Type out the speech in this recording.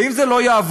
ואם זה לא יעבוד,